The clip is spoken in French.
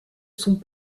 sont